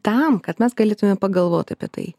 tam kad mes galėtume pagalvot apie tai